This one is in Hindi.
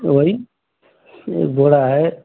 वही जोड़ा है